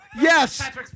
yes